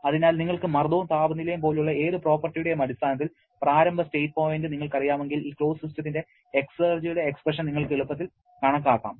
അതിനാൽ നിങ്ങൾക്ക് മർദ്ദവും താപനിലയും പോലുള്ള ഏതു പ്രോപർട്ടിയുടെയും അടിസ്ഥാനത്തിൽ പ്രാരംഭ സ്റ്റേറ്റ് പോയിന്റ് നിങ്ങൾക്കറിയാമെങ്കിൽ ഈ ക്ലോസ്ഡ് സിസ്റ്റത്തിന്റെ എക്സർജിയുടെ എക്സ്പ്രഷൻ നിങ്ങൾക്ക് എളുപ്പത്തിൽ കണക്കാക്കാം